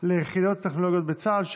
ליחידות הטכנולוגיות בצה"ל, מס'